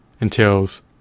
entails